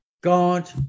God